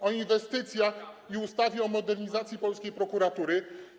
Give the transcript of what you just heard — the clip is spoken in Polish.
o inwestycjach i o ustawie o modernizacji polskiej prokuratury.